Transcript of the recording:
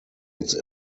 its